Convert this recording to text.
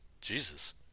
Jesus